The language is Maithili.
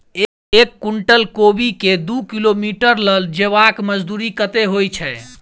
एक कुनटल कोबी केँ दु किलोमीटर लऽ जेबाक मजदूरी कत्ते होइ छै?